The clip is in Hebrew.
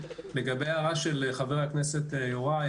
לגבי ההערה של חבר הכנסת יוראי,